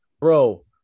bro